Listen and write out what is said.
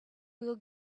will